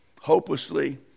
hopelessly